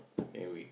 and we